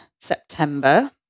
September